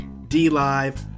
DLive